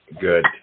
Good